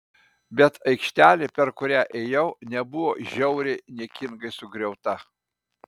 bet aikštelė per kurią ėjau nebuvo žiauriai niekingai sugriauta